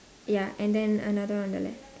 ya and then another on the left